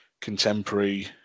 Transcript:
contemporary